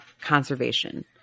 conservation